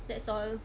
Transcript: that's all